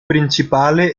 principale